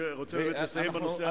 אני רוצה באמת לסיים בנושא הזה.